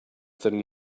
than